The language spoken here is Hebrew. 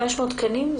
500 תקנים?